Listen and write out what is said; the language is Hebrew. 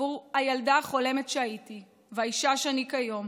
עבור הילדה החולמת שהייתי והאישה שאני כיום,